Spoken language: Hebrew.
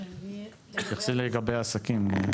אני מניח שתתייחסי לגבי העסקים, בבקשה.